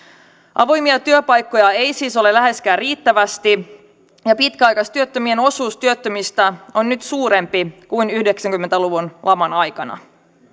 avoimia työpaikkoja ei siis ole läheskään riittävästi ja pitkäaikaistyöttömien osuus työttömistä on nyt suurempi kuin yhdeksänkymmentä luvun laman aikana